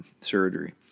surgery